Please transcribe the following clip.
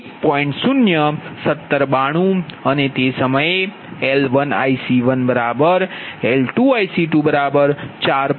અને તે સમયે L1IC1 L2IC2 4